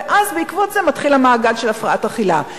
ובעקבות זה מתחיל המעגל של הפרעת האכילה.